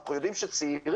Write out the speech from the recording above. אנחנו יודעים שצעירים